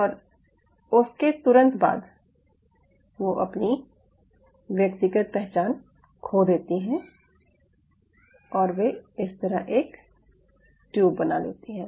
और उसके तुरंत बाद वे अपनी व्यक्तिगत पहचान खो देती हैं और वे इस तरह एक ट्यूब बना लेती हैं